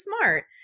smart